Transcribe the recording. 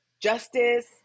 justice